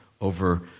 over